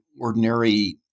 ordinary